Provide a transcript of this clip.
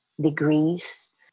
degrees